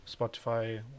Spotify